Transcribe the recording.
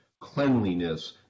cleanliness